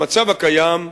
המצב הקיים.